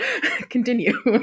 continue